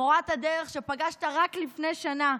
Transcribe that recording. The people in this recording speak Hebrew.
מורת הדרך שפגשת רק לפני שנה,